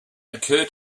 occur